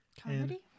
Comedy